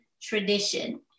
tradition